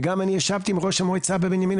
וגם אני ישבתי עם ראש המועצה בבנימינה